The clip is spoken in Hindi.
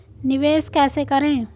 निवेश कैसे करें?